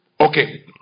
okay